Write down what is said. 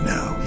Now